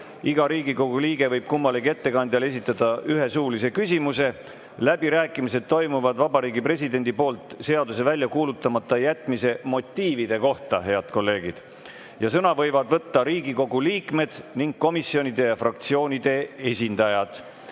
Iga Riigikogu liige võib kummalegi ettekandjale esitada ühe suulise küsimuse. Läbirääkimised toimuvad Vabariigi Presidendi poolt seaduse välja kuulutamata jätmise motiivide kohta, head kolleegid. Sõna võivad võtta Riigikogu liikmed ning komisjonide ja fraktsioonide esindajad.